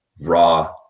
raw